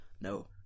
No